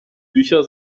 bücher